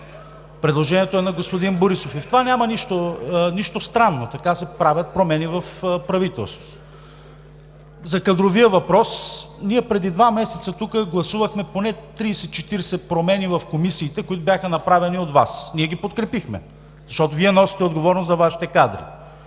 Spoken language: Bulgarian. Предложението е на господин Борисов и в това няма нищо странно – така се правят промени в правителството. За кадровия въпрос. Преди два месеца тук гласувахме поне 30, 40 промени в комисиите, които бяха направени от Вас. Ние ги подкрепихме, защото Вие носите отговорност за Вашите кадри.